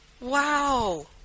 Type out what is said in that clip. Wow